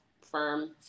firm